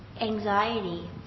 Anxiety